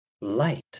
light